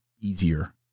easier